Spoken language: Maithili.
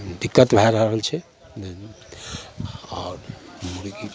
दिक्कत भए रहल छै आओर मुर्गी